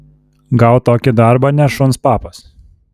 gaut tokį darbą ne šuns papas